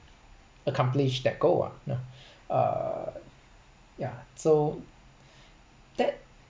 accomplish that goal ah you know uh yeah so that